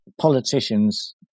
Politicians